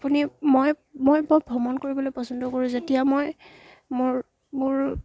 আপুনি মই মই বৰ ভ্ৰমণ কৰিবলৈ পচন্দ কৰোঁ যেতিয়া মই মোৰ মোৰ